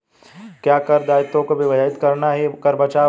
क्या कर दायित्वों को विभाजित करना ही कर बचाव है?